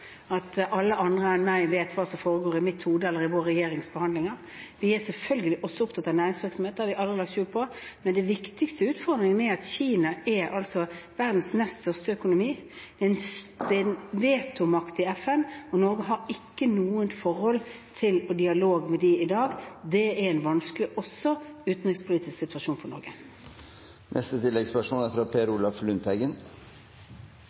at alle andre enn jeg vet hva som foregår i mitt hode eller ved vår regjerings forhandlinger. Vi er selvfølgelig også opptatt av næringsvirksomhet – det har vi aldri lagt skjul på. Men den viktigste utfordringen er at Kina er verdens nest største økonomi. Det er en vetomakt i FN, og Norge har ikke noe forhold til eller noen dialog med landet i dag. Det er også en vanskelig utenrikspolitisk situasjon for Norge.